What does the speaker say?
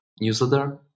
newsletter